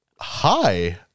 hi